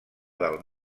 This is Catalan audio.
del